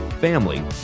family